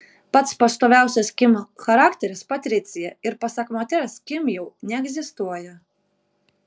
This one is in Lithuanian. pats pastoviausias kim charakteris patricija ir pasak moters kim jau neegzistuoja